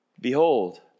Behold